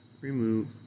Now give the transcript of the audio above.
remove